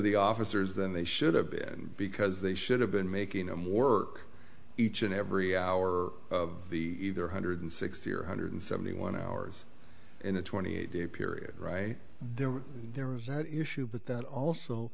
the officers than they should have been because they should have been making them work each and every hour of the either hundred sixty or one hundred seventy one hours in a twenty eight day period right there when there was that issue but that also